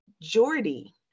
Jordy